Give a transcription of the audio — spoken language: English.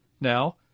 Now